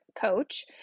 coach